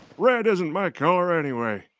red isn't my color anyway.